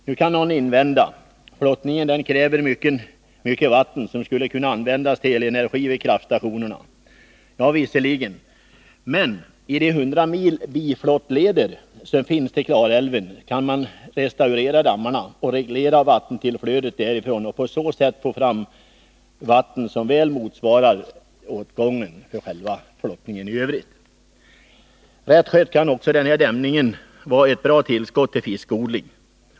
Nu kan någon invända: Flottningen kräver mycket vatten, som skulle kunna användas till elenergi vid kraftstationerna. Ja, visserligen, men i de 100 mil biflottleder till Klarälven som finns kan man restaurera dammarna och reglera vattentillflödet därifrån och på så sätt få fram vatten som väl motsvarar åtgången för själva flottningen i övrigt. Rätt skött kan dämningen också innebära ett gott tillskott för fiskodlingen.